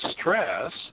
stress